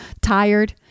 Tired